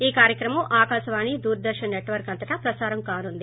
ఈ కార్యక్రమం ఆకాశవాణి దూరదర్సన్ నెట్వర్స్ అంతటా ప్రసారం కానుంది